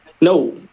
No